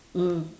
mm